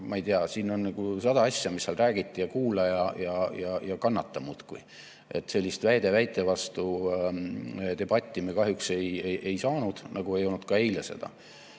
ma ei tea, siin on nagu sada asja, mida seal räägiti, ja kuula ja kannata muudkui. Sellist väide väite vastu debatti meil kahjuks ei tekkinud, nagu ei olnud ka eile seda.